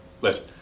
listen